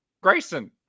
Grayson